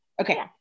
Okay